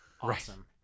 Awesome